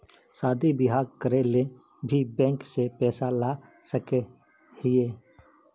शादी बियाह करे ले भी बैंक से पैसा ला सके हिये?